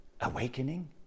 awakening